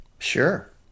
Sure